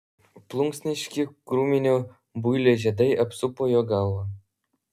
plunksniški krūminio builio žiedai apsupo jo galvą